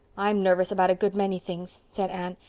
i'm nervous about a good many things, said anne,